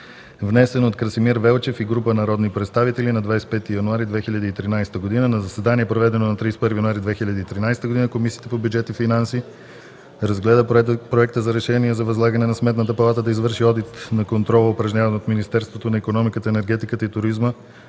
внесен от Красимир Велчев и група народни представители на 25 януари 2013 г. На заседание, проведено на 31 януари 2013 г., Комисията по бюджет и финанси разгледа Проекта за решение за възлагане на Сметната палата да извърши одит на контрола, упражняван от Министерството на икономиката, енергетиката и туризма